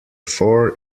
four